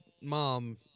Mom